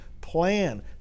plan